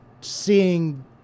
seeing